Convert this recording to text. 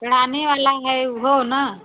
चढ़ाने वाला है वह ना